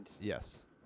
yes